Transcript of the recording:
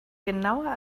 genauer